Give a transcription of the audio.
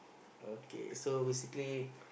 okay so basically